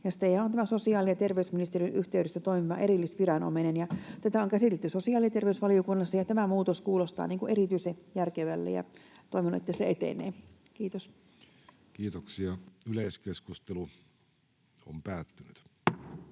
sosiaali- ja terveysministeriön yhteydessä toimiva erillisviranomainen. Tätä on käsitelty sosiaali- ja terveysvaliokunnassa, ja tämä muutos kuulostaa erityisen järkevälle, ja toivon, että se etenee. — Kiitos.